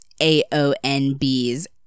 aonb's